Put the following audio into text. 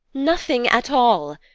nothing at all!